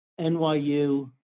NYU